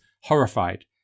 horrified